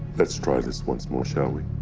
let's try this once more, shall we?